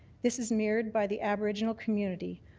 this is mirrored by the aboriginal community,